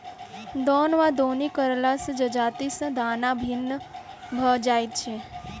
दौन वा दौनी करला सॅ जजाति सॅ दाना भिन्न भ जाइत छै